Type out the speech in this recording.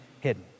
hidden